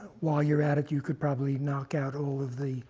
while you're at it, you could probably knock out all of the